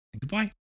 goodbye